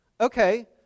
okay